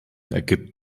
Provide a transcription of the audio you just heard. ergibt